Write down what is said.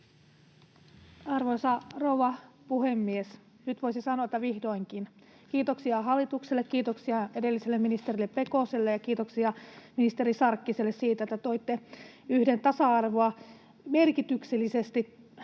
Arvoisa rouva puhemies! Nyt voisi sanoa, että vihdoinkin. Kiitoksia hallitukselle, kiitoksia edelliselle ministerille ministeri Pekoselle ja kiitoksia ministeri Sarkkiselle siitä, että toitte yhden tasa-arvoa ja yhdenvertaisuutta